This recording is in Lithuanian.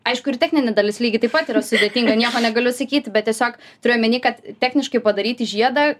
aišku ir techninė dalis lygiai taip pat ir sudėtinga nieko negaliu sakyti bet tiesiog turiu omeny kad techniškai padaryti žiedą